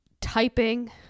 typing